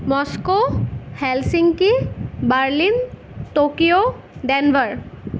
Moscow Helsinki Berlin Tokyo Denver